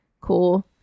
cool